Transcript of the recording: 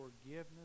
forgiveness